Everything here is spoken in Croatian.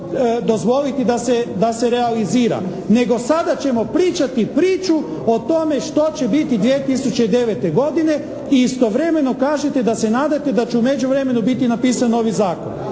dozvoliti da se realizira nego sada ćemo pričati priču o tome što će biti 2009. godine i istovremeno kažete da se nadate da će u vremenu biti napisan novi zakon.